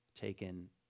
taken